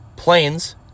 planes